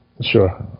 Sure